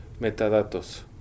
metadatos